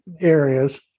areas